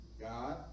God